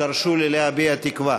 תרשו לי להביע תקווה.